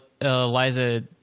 Eliza